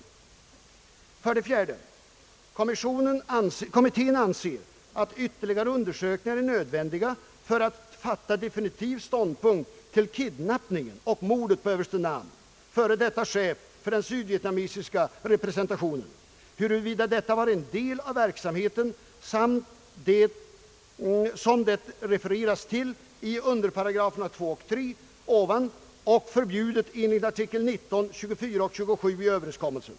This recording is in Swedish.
4) Kommittén anser att ytterligare undersökningar är nödvändiga för att ta definitiv ståndpunkt till kidnappningen och mordet på överste Nam, före detta chef för den sydvietnamesiska representationen, och till huruvida detta var en del av den verksamhet som det refereras till i underparagraferna 2) och 3) ovan och som är förbjuden under artiklarna 19, 24 och 27 i överenskommelsen.